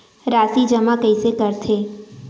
राशि जमा कइसे करथे?